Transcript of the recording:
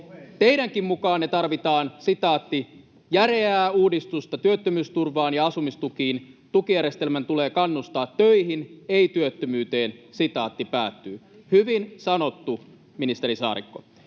Teidänkin mukaan me tarvitaan ”järeää uudistusta työttömyysturvaan ja asumistukiin, tukijärjestelmän tulee kannustaa töihin, ei työttömyyteen”. Hyvin sanottu, ministeri Saarikko.